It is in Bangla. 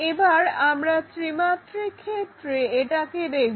এবার আমরা ত্রিমাত্রিক ক্ষেত্রে এটাকে দেখব